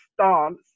stance